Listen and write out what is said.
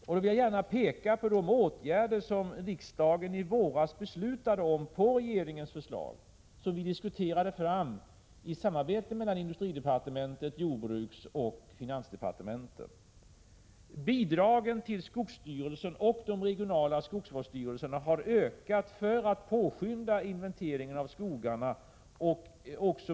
Jag vill gärna peka på några åtgärder som riksdagen i våras beslutade om, på regeringens förslag. Det var förslag som vi diskuterade fram i samarbete mellan industridepartementet, jordbruksdepartementet och finansdepartementet. Bidragen till skogsstyrelsen och de regionala skogsvårdsstyrelserna har ökat, för att påskynda inventeringen av skogarna.